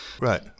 Right